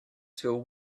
till